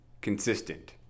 consistent